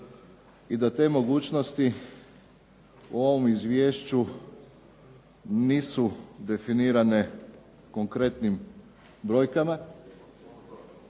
i da te mogućnosti u ovom izvješću nisu definirane konkretnim brojkama,